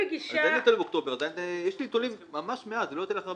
יש לי נתונים אבל מעט, זה ממש לא ייתן לך הרבה.